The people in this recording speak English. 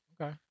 Okay